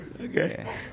Okay